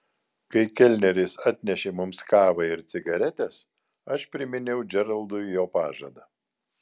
kai kelneris atnešė mums kavą ir cigaretes aš priminiau džeraldui jo pažadą